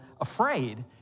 afraid